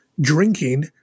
drinking